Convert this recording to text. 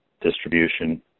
distribution